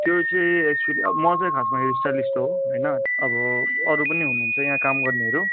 त्यो चाहिँ एक्च्युली अब म चाहिँ खासमा हेयर स्ट्याइलिस्ट हो होइन अब अरू पनि हुनुहुन्छ यहाँ काम गर्नेहरू